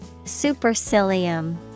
Supercilium